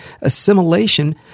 assimilation